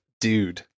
Dude